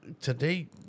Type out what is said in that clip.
Today